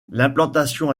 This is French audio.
l’implantation